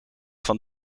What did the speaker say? van